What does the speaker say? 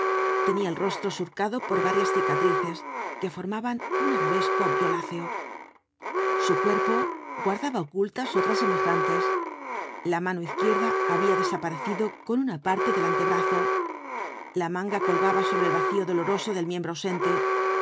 tenía el rostro surcado por varias cicatrices que formaban un arabesco violáceo su cuerpo guardaba ocultasotras semejantes la mano izquierda había desaparecido con una parte del antebrazo la manga colgaba sobre el vacío doloroso del miembro ausente